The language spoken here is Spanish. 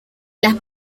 las